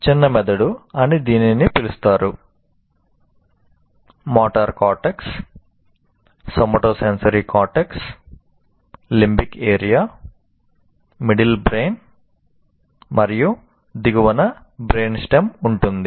ఈ సెరెబ్రమ్ ఉంటుంది